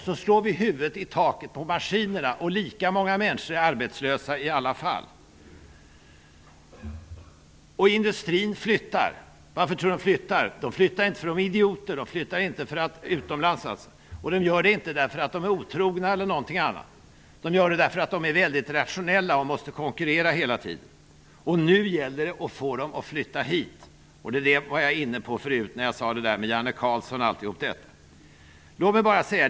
Då slår vi huvudet i taket på maskinerna, och lika många människor förblir arbetslösa i alla fall. Varför flyttar industrin utomlands? Ja, inte därför att industriledarna är idioter eller därför att de är otrogna, utan därför att de är väldigt rationella och inser att företagen hela tiden måste konkurrera. Nu gäller att få industrin att flytta hit. Det var jag inne på tidigare, när jag talade om Janne Carlzon.